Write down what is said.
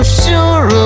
sure